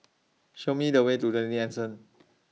Show Me The Way to twenty Anson